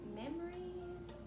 memories